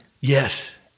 Yes